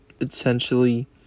essentially